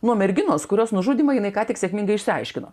nuo merginos kurios nužudymą jinai ką tik sėkmingai išsiaiškino